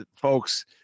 folks